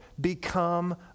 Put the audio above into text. become